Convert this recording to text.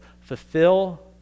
Fulfill